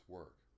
work